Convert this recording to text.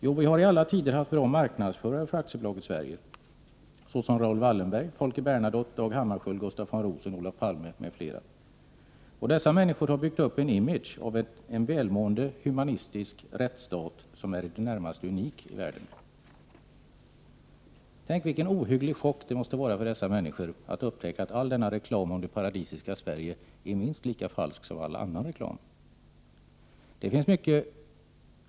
Jo, vi har i alla tider haft bra marknadsförare för AB Sverige, såsom Raoul Wallenberg, Folke Bernadotte, Dag Hammarskjöld, Gustav von Rosen, Olof Palme, m.fl. Dessa människor har byggt upp en image av en välmående, human rättsstat, som är i det närmaste unik i världen. Tänk vilken ohygglig chock det måste vara för dessa människor att upptäcka att all denna reklam om det paradisiska Sverige är minst lika falskt som all annan reklam.